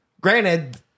granted